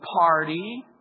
party